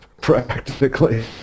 practically